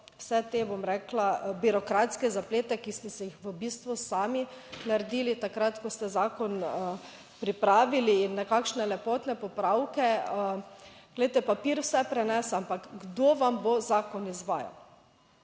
vse te, bom rekla, birokratske zaplete, ki ste si jih v bistvu sami naredili takrat, ko ste zakon pripravili in nekakšne lepotne popravke. Glejte, papir vse prenese, ampak kdo vam bo zakon izvajal,